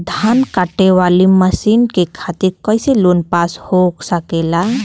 धान कांटेवाली मशीन के खातीर कैसे लोन पास हो सकेला?